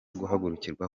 guhagurukirwa